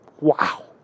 Wow